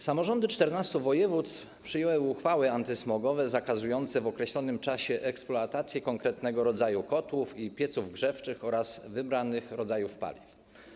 Samorządy 14 województw podjęły uchwały antysmogowe zakazujące w określonym czasie eksploatację konkretnego rodzaju kotłów i pieców grzewczych oraz wybranych rodzajów paliw.